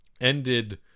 ended